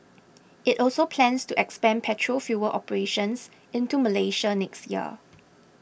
it also plans to expand petrol fuel operations into Malaysia next year